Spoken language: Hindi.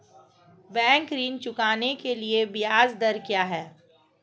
बैंक ऋण चुकाने के लिए ब्याज दर क्या है?